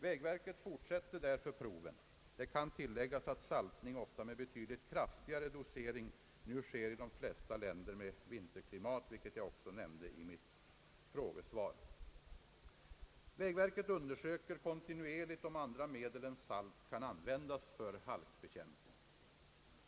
Vägverket fortsätter därför proven. Det kan tilläggas att saltning — ofta med betydligt kraftigare dosering — nu sker i de flesta länder med vinterklimat, vilket jag också nämnde i mitt frågesvar. Vägverket undersöker kontinuerligt om andra medel än salt kan användas för halkbekämpning.